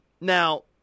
Now